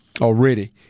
already